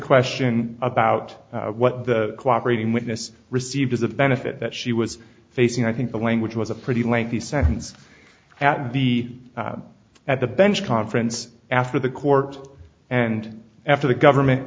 question about what the cooperating witness received as a benefit that she was facing i think the language was a pretty lengthy sentence at b at the bench conference after the court and after the government